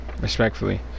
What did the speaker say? Respectfully